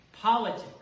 Politics